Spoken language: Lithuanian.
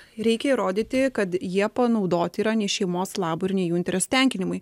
reikia įrodyti kad jie panaudoti yra ne šeimos labui ne jų interesų tenkinimui